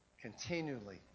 continually